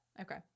Okay